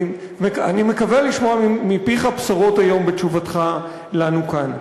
אני מקווה לשמוע מפיך בשורות היום בתשובתך לנו כאן.